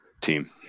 team